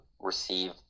receive